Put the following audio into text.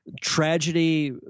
tragedy